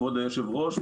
כבוד יושב הראש,